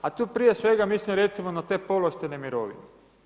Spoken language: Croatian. A tu prije svega mislim recimo na te povlaštene mirovine.